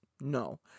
no